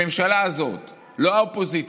הממשלה הזאת, לא האופוזיציה.